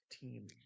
team